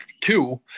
two